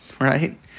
right